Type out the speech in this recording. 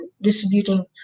distributing